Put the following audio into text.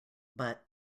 but